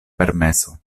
permeso